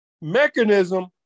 mechanism